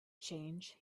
change